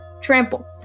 Trample